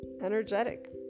energetic